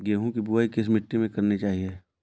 गेहूँ की बुवाई किस मिट्टी में करनी चाहिए?